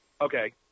Okay